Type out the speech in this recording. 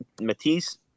Matisse